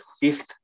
fifth